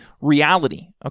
reality